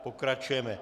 Pokračujeme.